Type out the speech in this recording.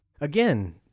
Again